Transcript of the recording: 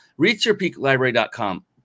ReachYourPeakLibrary.com